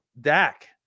Dak